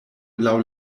laŭ